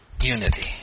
unity